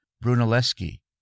Brunelleschi